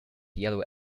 yellow